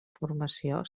formació